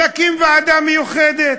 נקים ועדה מיוחדת.